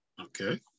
Okay